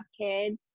kids